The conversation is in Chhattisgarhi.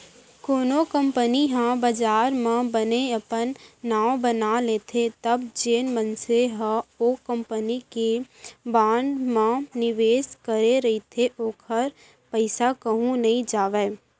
कोनो कंपनी ह बजार म बने अपन नांव बना लेथे तब जेन मनसे ह ओ कंपनी के बांड म निवेस करे रहिथे ओखर पइसा कहूँ नइ जावय